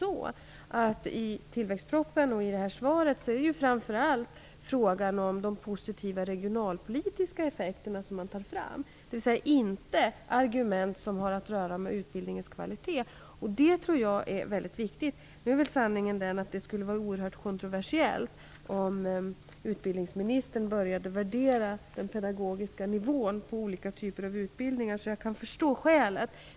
I tillväxtpropositionen och i det här svaret är det dess värre framför allt de positiva regionalpolitiska effekterna som man tar fram, dvs. inte argument som har att göra med utbildningens kvalitet, som jag tror är väldigt viktig. Nu är sanningen den att det vore oerhört kontroversiellt om utbildningsministern började värdera den pedagogiska nivån på olika typer av utbildning. Jag kan förstå det skälet.